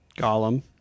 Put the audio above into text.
Gollum